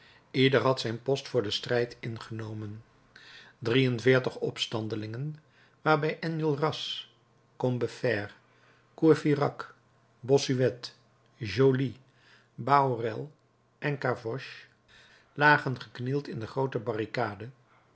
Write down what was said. ieder had zijn post voor den strijd ingenomen drie-en-veertig opstandelingen waarbij enjolras combeferre courfeyrac bossuet joly bahorel en gavroche lagen geknield in de groote barricade